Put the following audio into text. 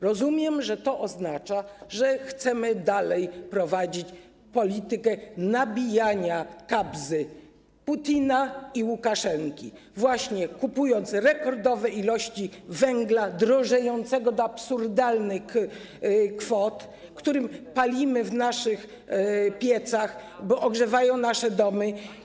Rozumiem, że to oznacza, że chcemy dalej prowadzić politykę nabijania kabzy Putina i Łukaszenki, właśnie kupując rekordowe ilości węgla drożejącego do absurdalnych kwot, którym palimy w naszych piecach, ogrzewamy nasze domy.